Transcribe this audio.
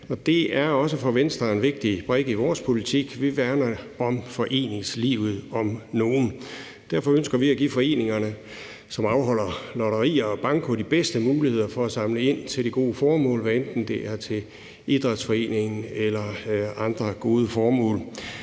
Det er også for Venstre en vigtig brik i vores politik; vi værner om nogen om foreningslivet. Derfor ønsker vi at give foreningerne, som afholder lotteri og banko, de bedste muligheder for at samle ind til det gode formål, hvad enten det er til idrætsforeningen eller andre gode formål.